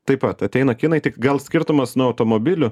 taip pat ateina kinai tik gal skirtumas nuo automobilių